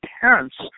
parents